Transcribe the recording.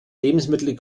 lebensmittel